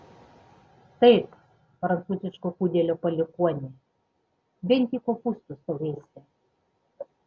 taip prancūziško pudelio palikuoni vien tik kopūstus tau ėsti